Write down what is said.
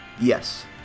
Yes